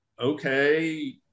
okay